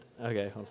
Okay